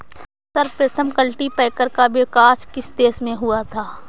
सर्वप्रथम कल्टीपैकर का विकास किस देश में हुआ था?